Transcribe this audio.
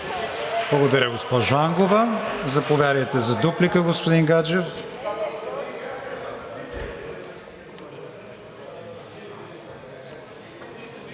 Благодаря, госпожо Ангова. Заповядайте за дуплика, господин Гаджев.